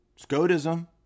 Scotism